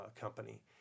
Company